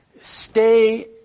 stay